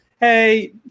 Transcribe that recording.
Hey